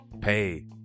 pay